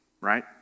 right